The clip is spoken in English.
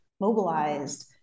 mobilized